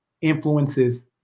influences